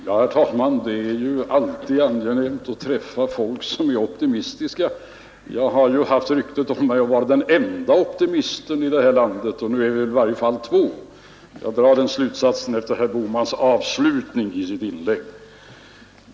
Herr talman! Det är alltid angenämt att träffa människor som är optimistiska. Jag har haft rykte om mig att vara den ende optimisten i det här landet; nu är vi åtminstone två. Jag drar den slutsatsen av herr Bohmans avslutning i det senaste inlägget.